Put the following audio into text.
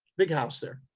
big house there.